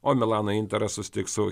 o milano interas susitiks su